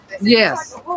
Yes